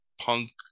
punk